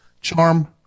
charm